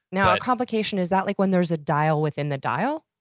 now a complication, is that like when there's a dial within the dial?